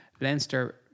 Leinster